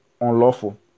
unlawful